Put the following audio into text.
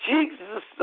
Jesus